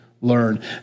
learn